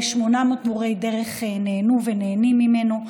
יותר מ-800 מורי דרך נהנו ונהנים ממנו,